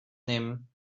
nehmen